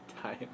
time